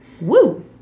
Woo